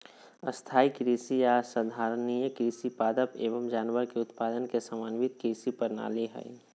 स्थाई कृषि या संधारणीय कृषि पादप एवम जानवर के उत्पादन के समन्वित कृषि प्रणाली हई